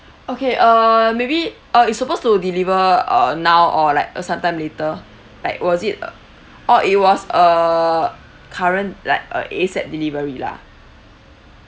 okay err maybe uh it's supposed to deliver uh now or like uh sometime later like was it uh orh it was a current like a ASAP delivery lah